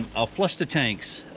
i'll flush the tanks.